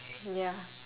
hmm ya